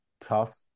tough